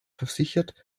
versichert